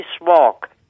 walk